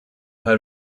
part